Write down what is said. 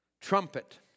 trumpet